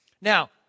Now